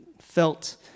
felt